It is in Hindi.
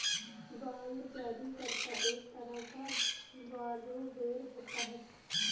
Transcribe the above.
बांड जारी करता एक तरह का बारोवेर होता है